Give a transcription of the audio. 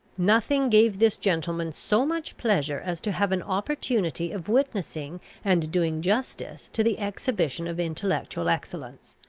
nothing gave this gentleman so much pleasure as to have an opportunity of witnessing and doing justice to the exhibition of intellectual excellence.